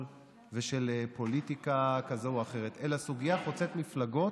ושל פוליטיקה כזו או אחרת אלא סוגיה חוצת מפלגות,